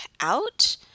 out